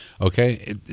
okay